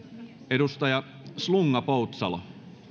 edustaja slunga poutsalo